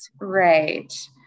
right